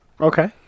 Okay